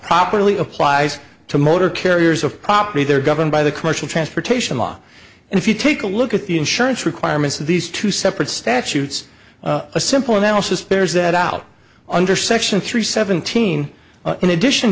properly applies to motor carriers of property they're governed by the commercial transportation law and if you take a look at the insurance requirements of these two separate statutes a simple analysis bears that out under section three seventeen in addition